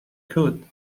could